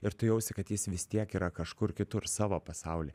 ir tu jausi kad jis vis tiek yra kažkur kitur savo pasauly